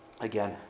Again